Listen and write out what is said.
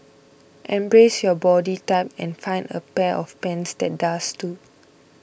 embrace your body type and find a pair of pants that does too